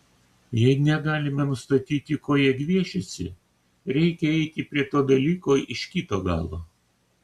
jei negalime nustatyti ko jie gviešiasi reikia eiti prie to dalyko iš kito galo